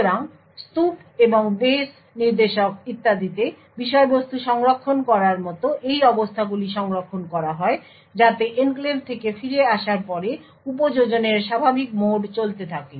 সুতরাং স্তুপ এবং বেস নির্দেশক ইত্যাদিতে বিষয়বস্তু সংরক্ষণ করার মতো এই অবস্থাগুলি সংরক্ষণ করা হয় যাতে এনক্লেভ থেকে ফিরে আসার পরে উপযোজনের স্বাভাবিক মোড চলতে থাকে